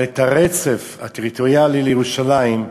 אבל את הרצף הטריטוריאלי לירושלים,